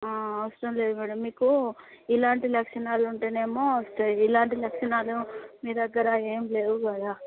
అవసరం లేదు మేడం మీకు ఇలాంటి లక్షణాలు ఉంటేనే వస్తుంది ఇలాంటి లక్షణాలు మీ దగ్గర ఏమీ లేవు కదా